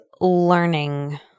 learning